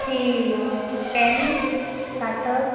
થી પેન કાતર